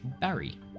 Barry